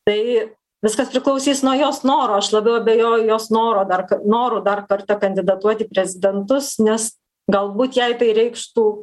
tai viskas priklausys nuo jos noro aš labiau abejoju jos noro dar noru dar kartą kandidatuot į prezidentus nes galbūt jai tai reikštų